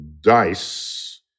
dice